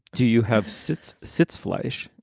do you have sit's sits flush?